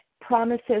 promises